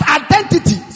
identity